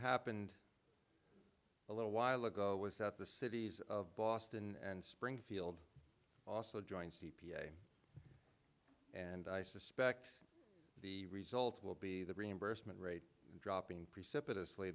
happened a little while ago was that the cities of boston and springfield also joined c p a and i suspect the result will be the reimbursement rate dropping precipitously